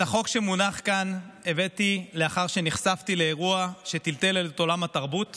את החוק שמונח כאן הבאתי לאחר שנחשפתי לאירוע שטלטל את עולם התרבות